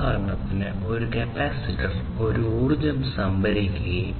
ഉദാഹരണത്തിന് ഒരു കപ്പാസിറ്റർ ഈ ഊർജ്ജം സംഭരിക്കുകയും